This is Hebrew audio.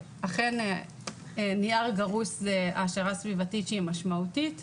אכן נייר גרוס זה העשרה סביבתית שהיא משמעותית.